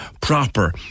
proper